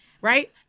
Right